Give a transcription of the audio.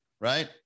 right